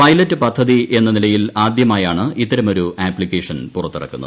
pilot പദ്ധതി എന്ന നിലയിൽ ആദ്യമായാണ് ഇത്തരമൊരു ആപ്തിക്കേഷൻ പുറത്തിറക്കുന്നത്